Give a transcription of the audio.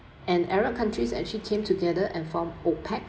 and arab countries actually came together and formed OPEC